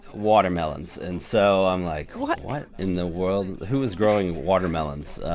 watermelons. and so i'm like, what what in the world? who is growing watermelons?